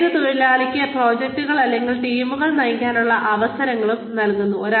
ഇത് തൊഴിലാളിക്ക് പ്രോജക്ടുകൾ അല്ലെങ്കിൽ ടീമുകൾ നയിക്കാനുള്ള അവസരങ്ങളും നൽകുന്നു